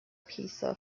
pisa